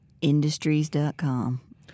industries.com